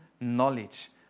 knowledge